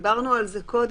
דיברנו על זה קודם,